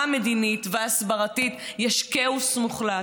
המדינית וההסברתית יש כאוס מוחלט.